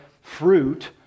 fruit